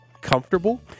comfortable